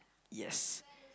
yes